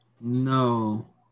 no